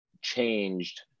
changed